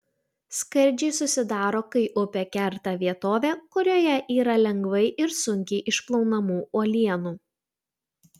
skardžiai susidaro kai upė kerta vietovę kurioje yra lengvai ir sunkiai išplaunamų uolienų